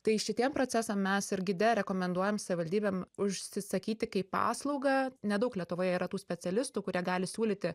tai šitiem procesam mes ir gide rekomenduojam savivaldybėm užsisakyti kaip paslaugą nedaug lietuvoje yra tų specialistų kurie gali siūlyti